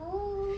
oo